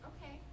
Okay